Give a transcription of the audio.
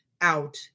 out